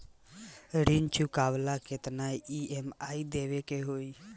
ऋण चुकावेला केतना ई.एम.आई देवेके होई?